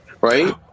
right